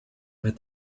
met